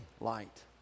light